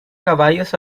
caballos